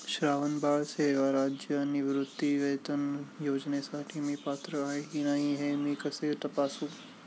श्रावणबाळ सेवा राज्य निवृत्तीवेतन योजनेसाठी मी पात्र आहे की नाही हे मी कसे तपासू?